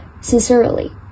sincerely